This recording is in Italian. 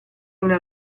una